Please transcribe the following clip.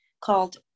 called